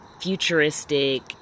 futuristic